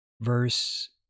Verse